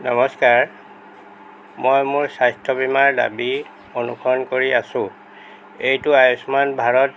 নমস্কাৰ মই মোৰ স্বাস্থ্য বীমাৰ দাবী অনুসৰণ কৰি আছোঁ এইটো আয়ুষ্মান ভাৰত